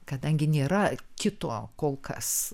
kadangi nėra kito kol kas